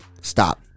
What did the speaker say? stop